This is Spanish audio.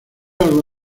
algo